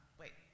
wait